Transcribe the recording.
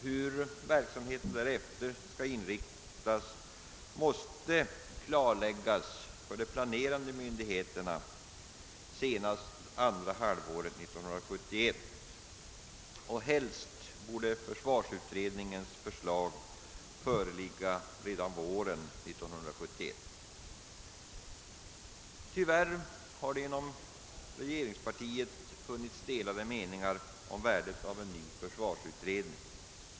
Hur verksamheten skall inriktas därefter måste klarläggas för de planerande myndigheterna senast andra halvåret 1971. Helst borde försvarsutredningens förslag föreligga redan våren 1971. Tyvärr har inom regeringspartiet funnits delade meningar om värdet av en ny försvarsutredning.